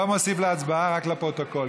לא מוסיף להצבעה, רק לפרוטוקול.